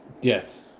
Yes